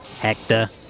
Hector